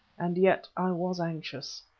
and yet i was anxious.